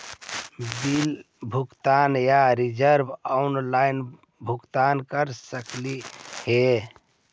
Bill भुगतान या recharge online भुगतान कर सकते हैं?